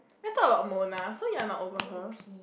you want to talk about Mona so you are not over her